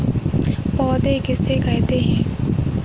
पौध किसे कहते हैं?